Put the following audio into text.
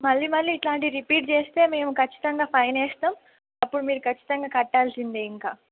మళ్ళీ మళ్ళీ ఇట్లాంటివి రిపీట్ చేస్తే మేము ఖచ్చితంగా ఫైన్ వేస్తాం అప్పుడు మీరు ఖచ్చితంగా కట్టాల్సిందే ఇంకా